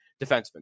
defenseman